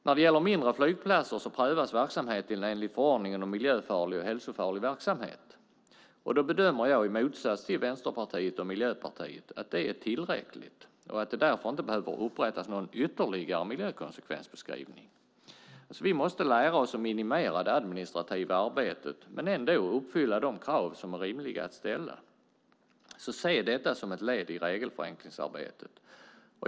När det gäller mindre flygplatser prövas verksamheten enligt förordningen om miljöfarlig och hälsofarlig verksamhet. Då bedömer jag i motsats till Vänsterpartiet och Miljöpartiet att det är tillräckligt och att det därför inte behöver upprättas någon ytterligare miljökonsekvensbeskrivning. Vi måste lära oss att minimera det administrativa arbetet men ändå uppfylla de krav som är rimliga att ställa. Se därför detta som ett led i regelförenklingsarbetet.